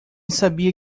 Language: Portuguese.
sabia